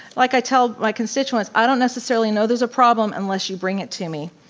like i tell my constituents, i don't necessarily know there's a problem unless you bring it to me.